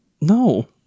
No